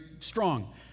Strong